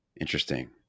Interesting